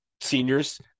seniors